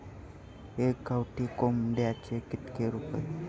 एका गावठी कोंबड्याचे कितके रुपये?